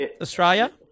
Australia